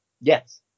Yes